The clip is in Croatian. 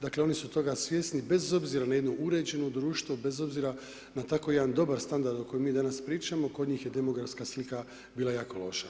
Dakle, oni su toga svjesni bez obzira na jedno uređeno društvo, bez obzira na tako jedan dobar standard o kojem mi danas pričamo, kod njih je demografska slika bila jako loša.